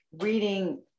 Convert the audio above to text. reading